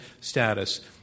status